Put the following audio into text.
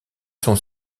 son